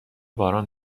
باران